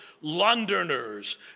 Londoners